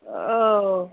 औ